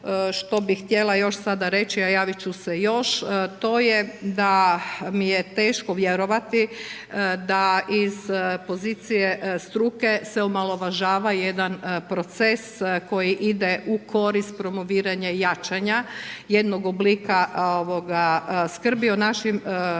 što bi htjela sada reći, a javit ću se još, to je da mi je teško vjerovati da iz pozicije struke se omalovažava jedan proces koji ide u korist promoviranja jačanja jednog oblika skrbi o našim korisnicima.